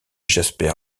jasper